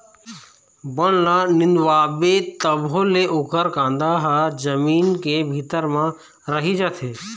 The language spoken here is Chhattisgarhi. बन ल निंदवाबे तभो ले ओखर कांदा ह जमीन के भीतरी म रहि जाथे